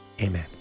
Amen